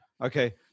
Okay